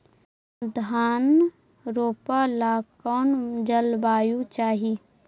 धान रोप ला कौन जलवायु चाही?